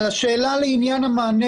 אני ביקשתי ממנה לקיים דיון על מה שהיה במאה